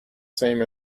same